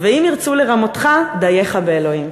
ואם ירצו לרמותך, דייך באלוהים.